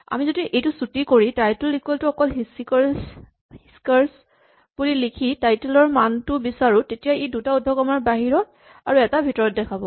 আমি যদি এইটো চুটি কৰি টাইটল ইকুৱেল টু অকল "হিছিকাৰ'ছ" বুলি লিখি টাইটল ৰ মানটো বিচাৰো তেতিয়া ই দুটা উদ্ধকমা বাহিৰত আৰু এটা ভিতৰত দেখাব